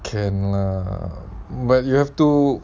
can lah but you have to